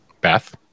Beth